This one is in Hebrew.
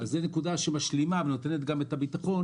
זו נקודה שמשלימה ונותנת גם את הביטחון